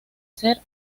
ser